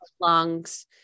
lungs